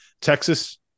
Texas